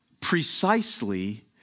precisely